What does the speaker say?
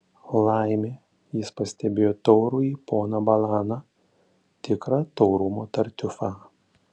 laimė jis pastebėjo taurųjį poną balaną tikrą taurumo tartiufą